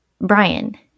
Brian